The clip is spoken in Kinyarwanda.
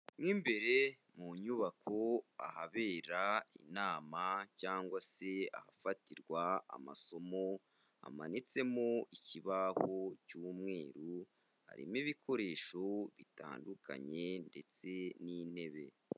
Mo imbere mu nyubako, ahabera inama cyangwa se ahafatirwa amasomo hamanitsemo ikibaho cy'umweru, harimo ibikoresho bitandukanye ndetse n'intebe.